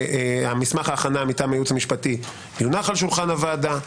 מסמך ההכנה מטעם הייעוץ המשפטי יונח על שולחן הוועדה.